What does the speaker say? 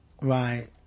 right